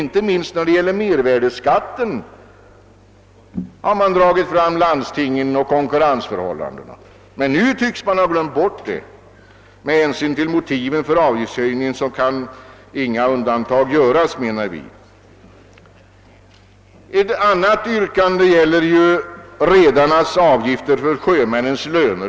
Inte minst när det gällde mervärdeskatten tog man upp landstingens konkurrensförhållanden, men nu tycks man ha glömt bort dessa. Vi menar att det med hänsyn till motiven för avgiftshöjningarna inte kan göras några undantag. Ett annat yrkande gäller redarnas avgifter till sjömännens löner.